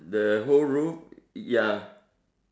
the whole roof ya